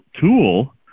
tool